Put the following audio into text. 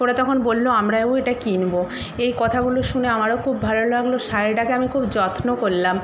ওরা তখন বলল আমরাও এটা কিনব এই কথাগুলো শুনে আমারও খুব ভালো লাগল শাড়িটাকে আমি খুব যত্ন করলাম